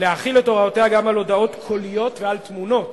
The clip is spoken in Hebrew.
להחיל את הוראותיה גם על הודעות קוליות ועל תמונות